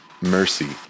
mercy